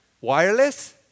wireless